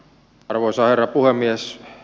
arvoisa herra puhemies